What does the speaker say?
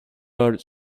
but